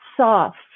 soft